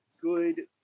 good